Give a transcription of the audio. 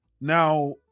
Now